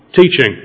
teaching